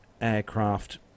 aircraft